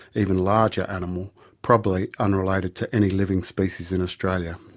even larger animal probably unrelated to any living species in australia.